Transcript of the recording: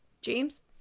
james